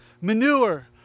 manure